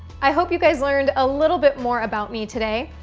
i hope you guys learned a little bit more about me today.